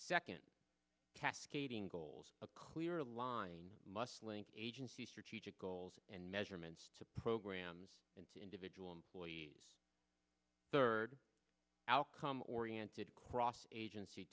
second cascading goals a clear line must link agency strategic goals and measurements to programs and individual employee third outcome oriented cross agency